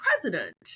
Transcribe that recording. president